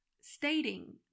stating